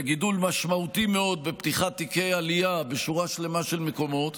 לגידול משמעותי מאוד בפתיחת תיקי עלייה בשורה שלמה של מקומות